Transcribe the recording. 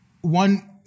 One